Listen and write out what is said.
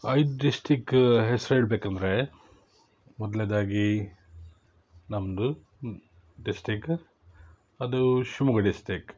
ಐದು ಡಿಸ್ಟ್ರಿಕ್ಕ ಹೆಸ್ರೇಳ್ಬೇಕಂದ್ರೆ ಮೊದಲ್ನೇದಾಗಿ ನಮ್ಮದು ಡಿಸ್ಟ್ರಿಕ ಅದು ಶಿವಮೊಗ್ಗ ಡಿಸ್ಟ್ರಿಕ್